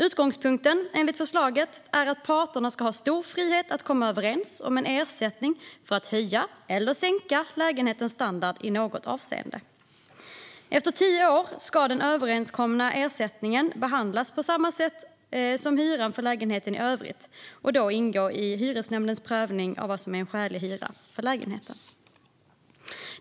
Utgångspunkten är enligt förslaget att parterna ska ha stor frihet att komma överens om en ersättning för att höja eller sänka lägenhetens standard i något avseende. Efter tio år ska den överenskomna ersättningen behandlas på samma sätt som hyran för lägenheten i övrigt och då ingå i hyresnämndens prövning av vad som är en skälig hyra för lägenheten.